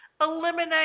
Eliminate